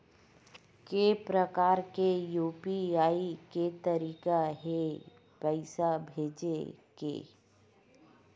के प्रकार के यू.पी.आई के तरीका हे पईसा भेजे के?